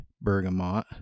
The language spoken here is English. bergamot